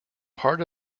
part